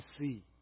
see